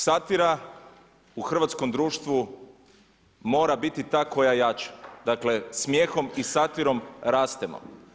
Satira u hrvatskom društvu mora biti ta koja jača, dakle smijehom i satirom rastemo.